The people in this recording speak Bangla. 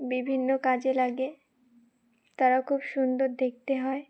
বিভিন্ন কাজে লাগে তারা খুব সুন্দর দেখতে হয়